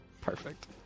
Perfect